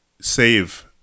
Save